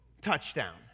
touchdown